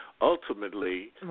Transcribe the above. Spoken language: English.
Ultimately